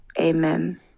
Amen